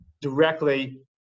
directly